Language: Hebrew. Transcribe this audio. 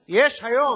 יש היום